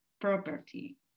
property